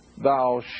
Thou